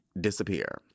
disappear